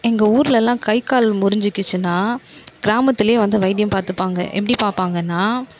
எங்கள் ஊர்லெலாம் கை கால் முறிஞ்சுக்கிச்சுன்னா கிராமத்திலே வந்து வைத்தியம் பார்த்துப்பாங்க எப்படி பார்ப்பாங்கன்னா